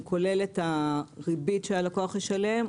הוא כולל את הריבית שהלקוח ישלם,